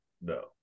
No